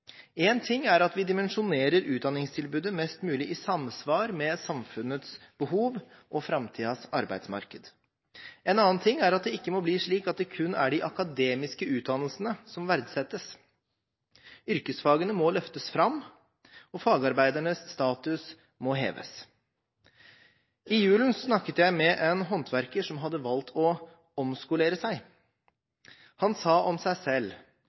En ting er at vi dimensjonerer utdanningstilbudet mest mulig i samsvar med samfunnets behov og framtidens arbeidsmarked. En annen ting er at det ikke må bli slik at det kun er de akademiske utdannelsene som verdsettes. Yrkesfagene må løftes fram, og fagarbeidernes status må heves. I julen snakket jeg med en håndverker som hadde valgt å omskolere seg. Han sa om seg selv: